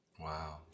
Wow